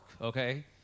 okay